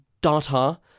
data